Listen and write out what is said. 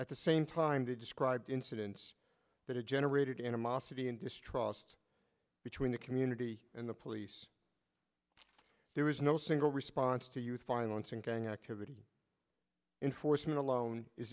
at the same time to describe incidents that it generated animosity and distrust between the community and the police there was no single response to youth violence and gang activity in force and alone is